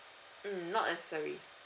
mm not necessary